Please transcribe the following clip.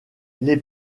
les